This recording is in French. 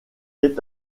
est